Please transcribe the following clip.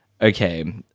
Okay